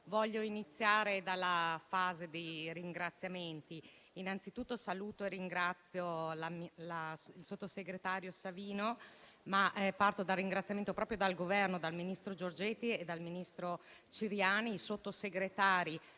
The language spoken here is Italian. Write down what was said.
voglio iniziare dalla fase dei ringraziamenti. Innanzitutto, saluto e ringrazio il sottosegretario Savino, ma vorrei ringraziare tutto il Governo, dal ministro Giorgetti al ministro Ciriani, i sottosegretari